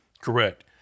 Correct